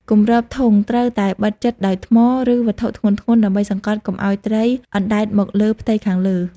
គម្របធុង ត្រូវតែបិទជិតដោយថ្ម ឬវត្ថុធ្ងន់ៗ ដើម្បីសង្កត់កុំឱ្យត្រីអណ្តែតមកលើផ្ទៃខាងលើ។